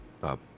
Bob